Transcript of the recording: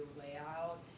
layout